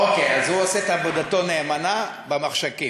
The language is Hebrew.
אוקיי, אז הוא עושה את עבודתו נאמנה במחשכים.